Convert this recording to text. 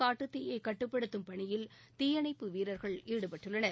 காட்டுத்தீயை கட்டுப்படுத்தும் பணியில் தீயணைப்பு வீரர்கள் ஈடுபட்டுள்ளனர்